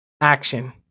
Action